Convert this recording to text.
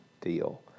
deal